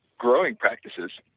growing practices,